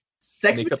Sex